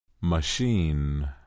machine